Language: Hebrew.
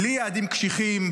בלי יעדים קשיחים,